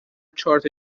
چارت